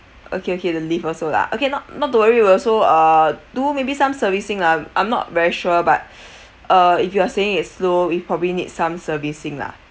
okay okay the lift also lah okay not not to worry we will also uh do maybe some servicing lah I'm not very sure but uh if you are saying it's slow we probably need some servicing lah